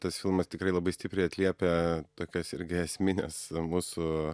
tas filmas tikrai labai stipriai atliepia tokias irgi esmines mūsų